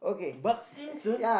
Bart-Simpson